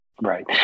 Right